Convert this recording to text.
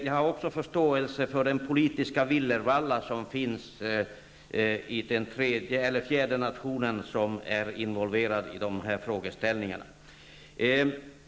Jag har förståelse för den politiska villervalla som finns i den fjärde nation som är involverad.